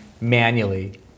manually